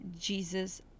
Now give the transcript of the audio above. Jesus